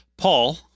Paul